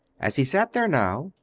as he sat there now,